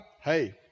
hey